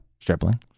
Stripling